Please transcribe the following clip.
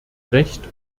recht